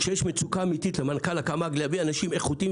כשיש מצוקה אמיתית למנכ"ל הקמ"ג להביא אנשים איכותיים,